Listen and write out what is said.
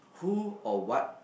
who or what